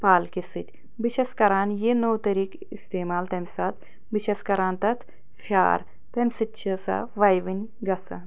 پالکہِ سۭتۍ بہٕ چھَس کَران یہِ نوٚو طریقہٕ استعمال تَمہِ ساتہٕ بہٕ چھیٚس کران تتھ فیٛار تَمہِ سۭتۍ چھِ سۄ وَیوٕنۍ گَژھان